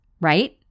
right